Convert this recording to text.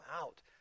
out